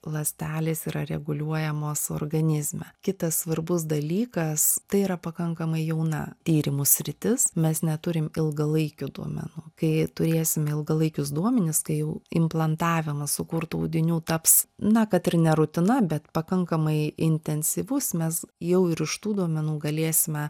ląstelės yra reguliuojamos organizme kitas svarbus dalykas tai yra pakankamai jauna tyrimų sritis mes neturim ilgalaikių duomenų kai turėsim ilgalaikius duomenis kai jau implantavimas sukurtų audinių taps na kad ir ne rutina bet pakankamai intensyvus mes jau ir iš tų duomenų galėsime